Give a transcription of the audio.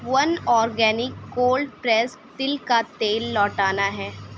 one organic cold pressed تل کا تیل لوٹانا ہے